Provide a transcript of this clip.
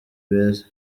beza